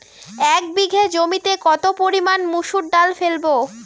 এক বিঘে জমিতে কত পরিমান মুসুর ডাল ফেলবো?